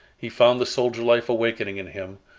he found the soldier life awakening in him,